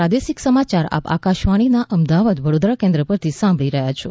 આ પ્રાદેશિક સમાચાર આપ આકાશવાણીના અમદાવાદ વડોદરા કેન્દ્ર પરથી સાંભળી રહ્યા છો